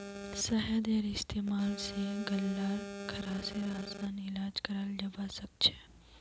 शहदेर इस्तेमाल स गल्लार खराशेर असान इलाज कराल जबा सखछे